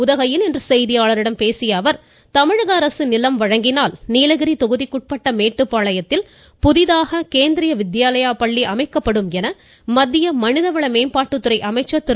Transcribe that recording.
உதகையில் இன்று செய்தியாளர்களிடம் பேசிய அவர் தமிழக அரசு நிலம் வழங்கினால் நீலகிரி தொகுதிக்குட்பட்ட மேட்டுப்பாளையத்தில் புதிதாக கேந்திரிய வித்யாலயா பள்ளி அமைக்கப்படும் என மத்திய மனிதவள மேம்பாட்டுத்துறை அமைச்சர் திரு